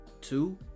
two